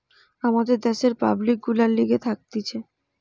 আমাদের দ্যাশের পাবলিক গুলার লিগে থাকতিছে